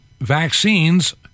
vaccines